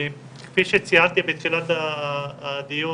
כפי שציינתי בתחילת הדיון,